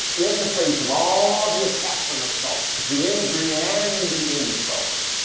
in the face of all all the attacks and assaults, the injury and the insult,